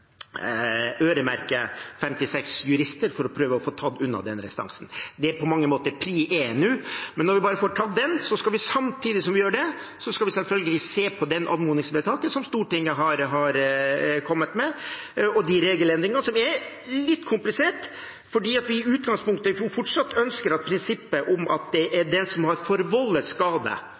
øremerke midler til fem–seks jurister for å prøve å få tatt unna den restansen. Det er på mange måter prioritet én nå. Når vi bare får gjort det, skal vi samtidig selvfølgelig se på det anmodningsvedtaket som Stortinget har kommet med, og regelendringene. Det er litt komplisert fordi vi i utgangspunktet fortsatt ønsker å følge prinsippet om at det er den som har forvoldt skade,